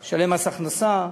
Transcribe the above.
מסים, מס הכנסה.